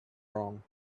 wrong